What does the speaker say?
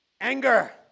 anger